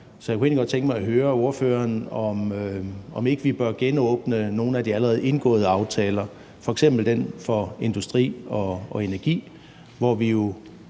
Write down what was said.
så jeg kunne egentlig godt tænke mig at høre ordføreren, om ikke vi bør genåbne nogle af de allerede indgåede aftaler, f.eks. den om industri og energi, hvor vi jo